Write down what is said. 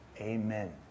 Amen